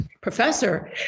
professor